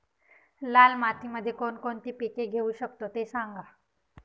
लाल मातीमध्ये कोणकोणती पिके घेऊ शकतो, ते सांगा